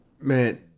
Man